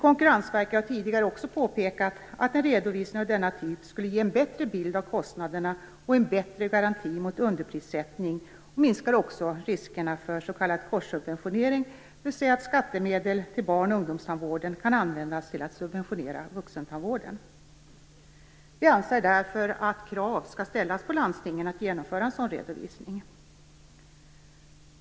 Konkurrensverket har tidigare också påpekat att en redovisning av denna typ skulle ge en bättre bild av kostnaderna och en bättre garanti mot underprissättning och även minskar riskerna för s.k. korssubventionering, dvs. att skattemedel till barn och ungdomstandvården används till att subventionera vuxentandvården. Vi anser därför att krav skall ställas på landstingen att genomföra en sådan redovisning.